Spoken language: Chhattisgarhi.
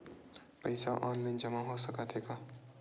पईसा ऑनलाइन जमा हो साकत हे का?